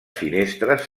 finestres